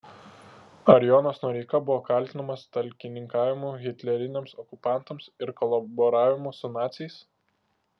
ar jonas noreika buvo kaltinamas talkininkavimu hitleriniams okupantams ir kolaboravimu su naciais